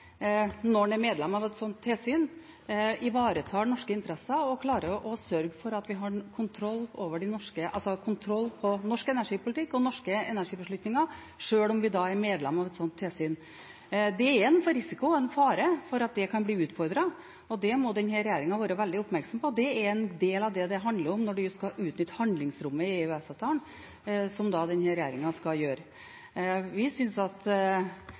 at vi har kontroll på norsk energipolitikk og norske energibeslutninger sjøl om vi er medlem av et slikt tilsyn. Det er en risiko og en fare for at det kan bli utfordret, og det må denne regjeringen være veldig oppmerksom på. Det er en del av det det handler om når man skal utnytte handlingsrommet i EØS-avtalen, som denne regjeringen skal gjøre. Vi synes at